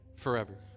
forever